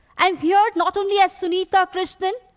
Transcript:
i'm here not only as sunitha krishnan.